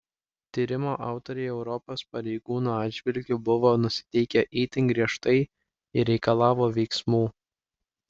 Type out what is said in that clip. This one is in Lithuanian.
tyrimo autoriai europos pareigūnų atžvilgiu buvo nusiteikę itin griežtai ir reikalavo veiksmų